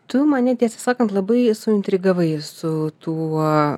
tu mane tiesą sakant labai suintrigavai su tuo